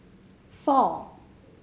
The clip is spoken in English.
four